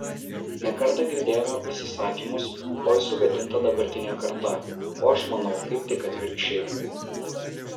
ne kartą girdėjome pasisakymus oi sugadinta dabartinė karta o aš manau kaip tik atvirkščiai